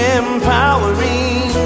empowering